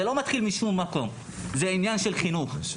זה לא מתחיל בשום מקום זה עניין של חינוך.